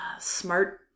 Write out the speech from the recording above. smart